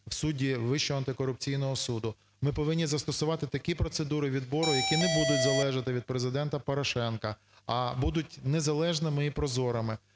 в судді Вищого антикорупційного суду. Ми повинні застосувати такі процедури відбору, які не будуть залежати від Президента Порошенка, а будуть незалежними і прозорими.